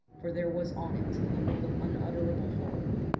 for there was on it a look of unutterable horror.